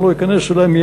אני לא אכנס אליהן,